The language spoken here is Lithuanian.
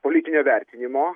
politinio vertinimo